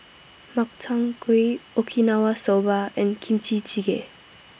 Makchang Gui Okinawa Soba and Kimchi Jjigae